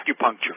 Acupuncture